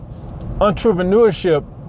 entrepreneurship